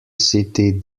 city